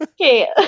Okay